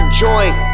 joint